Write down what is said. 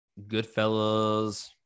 Goodfellas